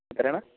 എത്രയാണ്